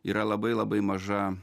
yra labai labai maža